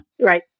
Right